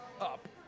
up